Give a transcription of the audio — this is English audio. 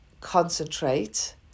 concentrate